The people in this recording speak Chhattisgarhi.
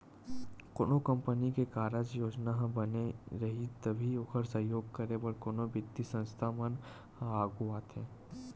कोनो कंपनी के कारज योजना ह बने रइही तभी ओखर सहयोग करे बर कोनो बित्तीय संस्था मन ह आघू आथे